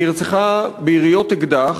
היא נרצחה ביריות אקדח.